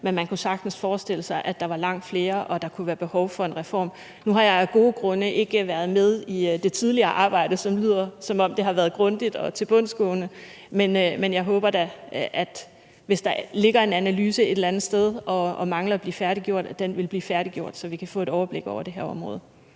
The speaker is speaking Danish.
men man kunne sagtens forestille sig, at der var langt flere, og at der kunne være behov for en reform. Nu har jeg af gode grunde ikke været med i det tidligere arbejde, som lyder til at have været grundigt og tilbundsgående, men jeg håber da, at den, hvis der ligger en analyse et eller andet sted og mangler at blive færdiggjort, vil blive færdiggjort, så vi kan få et overblik over det her område.